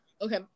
okay